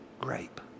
grape